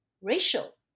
racial